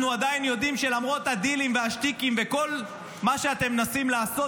אנחנו עדיין יודעים שלמרות הדילים והשטיקים וכל מה שאתם מנסים לעשות,